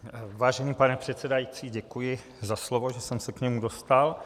Vážený pane předsedající, děkuji za slovo, že jsem se k němu dostal.